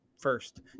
first